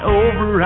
over